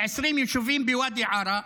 ל-20 יישובים בוואדי עארה,